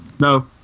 no